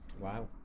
wow